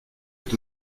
est